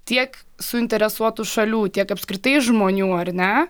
tiek suinteresuotų šalių tiek apskritai žmonių ar ne